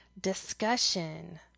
discussion